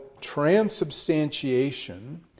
transubstantiation